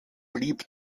blieb